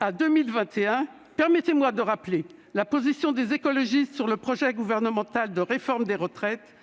à 2021 ! Permettez-moi tout de même de rappeler la position des écologistes sur le projet gouvernemental de réforme des retraites,